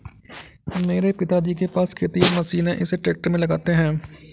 मेरे पिताजी के पास खेतिहर मशीन है इसे ट्रैक्टर में लगाते है